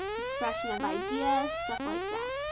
expression of ideas, stuff like that.